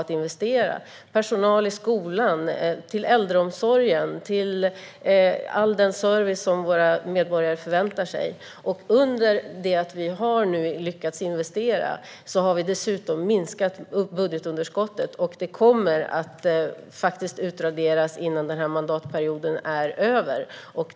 Det handlar också om personal i skolan, äldreomsorg och all den service som våra medborgare förväntar sig. Samtidigt som vi nu har lyckats investera har vi dessutom minskat budgetunderskottet, och det kommer faktiskt att utraderas innan denna mandatperiod är över.